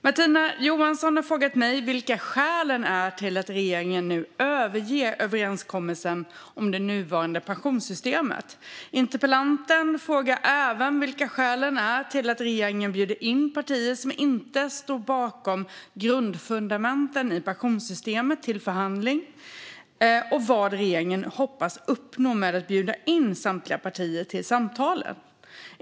Martina Johansson har frågat mig vilka skälen är till att regeringen nu överger överenskommelsen om det nuvarande pensionssystemet. Interpellanten frågar även vilka skälen är till att regeringen bjuder in partier som inte står bakom grundfundamenten i pensionssystemet till förhandling och vad regeringen hoppas uppnå med att bjuda in samtliga partier till samtalen.